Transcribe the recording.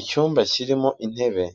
Icyumba kirimo intebe